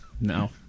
No